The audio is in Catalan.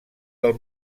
del